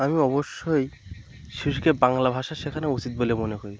আমি অবশ্যই শিশুকে বাংলা ভাষা শেখানো উচিত বলে মনে করি